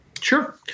Sure